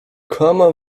kama